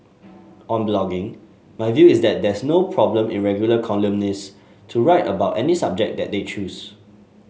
on blogging my view is that there's no problem in regular columnist to write about any subject that they choose